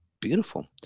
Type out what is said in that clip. Beautiful